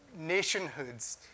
nationhoods